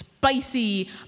Spicy